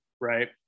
Right